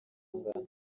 angana